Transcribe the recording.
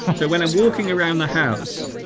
um so well i'm walking around the house